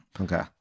Okay